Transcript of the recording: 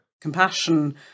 Compassion